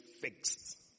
fixed